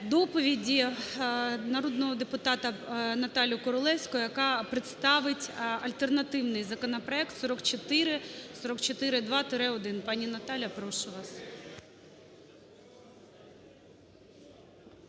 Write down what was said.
доповіді народного депутата Наталію Королевську, яка представить альтернативний законопроект 4442-1. Пані Наталія, прошу вас.